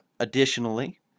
Additionally